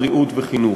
בריאות וחינוך".